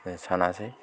सानासै